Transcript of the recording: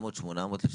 10 חדרים פעילים.